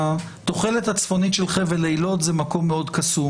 התוחלת הצפונית של חבל אילות זה מקום מאוד קסום,